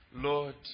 Lord